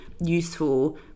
useful